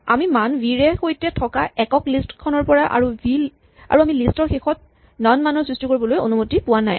আমি মান ভি ৰে সৈতে থকা একক লিষ্ট খনৰ পৰা আৰু আমি লিষ্ট ৰ শেষত নন মানৰ সৃষ্টি কৰিবলৈ অনুমতি পোৱা নাই